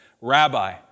Rabbi